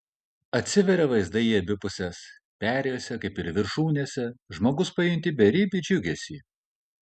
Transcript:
atsiveria vaizdai į abi puses perėjose kaip ir viršūnėse žmogus pajunti beribį džiugesį